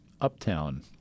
uptown